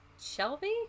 Shelby